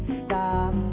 stop